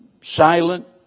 silent